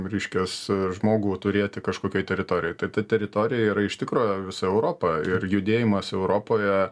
reiškias žmogų turėti kažkokioj teritorijoj tai ta teritorija yra iš tikro visa europa ir judėjimas europoje